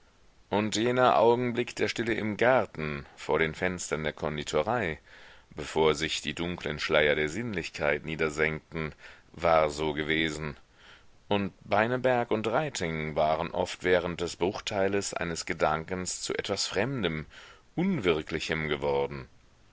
und jener augenblick der stille im garten vor den fenstern der konditorei bevor sich die dunklen schleier der sinnlichkeit niedersenkten war so gewesen und beineberg und reiting waren oft während des bruchteiles eines gedankens zu etwas fremdem unwirklichem geworden